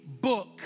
book